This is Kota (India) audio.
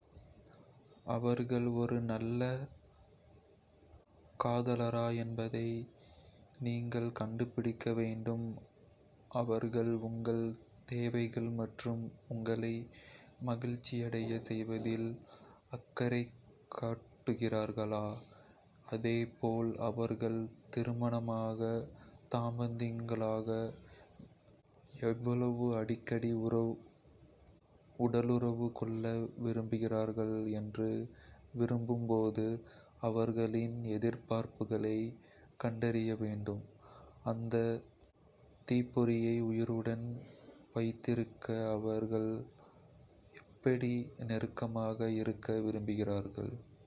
அவர்கள் ஒரு "நல்ல" காதலரா என்பதை நீங்கள் கண்டுபிடிக்க வேண்டும்-அவர்கள் உங்கள் தேவைகள் மற்றும் உங்களை மகிழ்ச்சியடையச் செய்வதில் அக்கறை காட்டுகிறார்களா, அதே போல் அவர்கள் திருமணமான தம்பதிகளாக எவ்வளவு அடிக்கடி உடலுறவு கொள்ள விரும்புகிறார்கள் என்று வரும்போது அவர்களின் எதிர்பார்ப்புகளைக் கண்டறிய வேண்டும். அந்த தீப்பொறியை உயிருடன் வைத்திருக்க அவர்கள் எப்படி நெருக்கமாக இருக்க விரும்புகிறார்கள்.